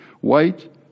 white